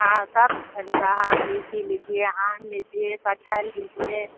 ہاں سب پھل کا ہا لییچی لیجیے آم لیجیے کٹہل لیجیے